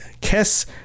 kiss